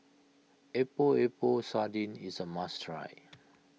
Epok Epok Sardin is a must try